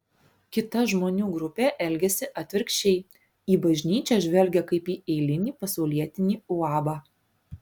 kita žmonių grupė elgiasi atvirkščiai į bažnyčią žvelgia kaip į eilinį pasaulietinį uabą